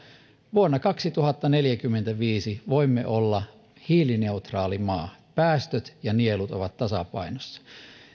vuonna kaksituhattaneljäkymmentäviisi voimme olla hiilineutraali maa päästöt ja nielut ovat tasapainossa